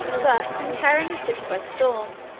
but in carrying a city by storm,